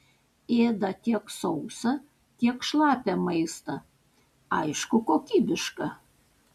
ėda tiek sausą tiek šlapią maistą aišku kokybišką